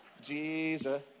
Jesus